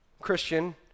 Christian